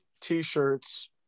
t-shirts